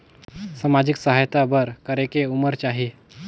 समाजिक सहायता बर करेके उमर चाही?